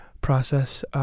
process